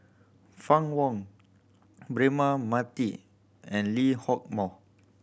Fann Wong Braema Mathi and Lee Hock Moh